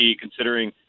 considering